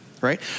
right